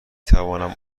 توانم